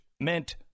meant